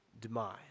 demise